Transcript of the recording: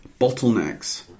bottlenecks